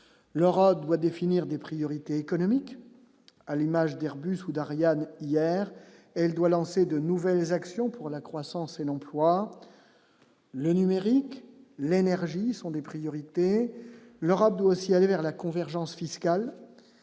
l'Europe doit définir des priorités économiques, à l'image d'Airbus ou d'Ariane hier, elle doit lancer de nouvelles actions pour la croissance et non le numérique, l'énergie sont des priorités : l'Europe doit aussi aller vers la convergence fiscale,